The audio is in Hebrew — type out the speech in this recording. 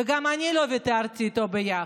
וגם אני לא ויתרתי איתו ביחד.